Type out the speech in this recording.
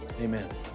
amen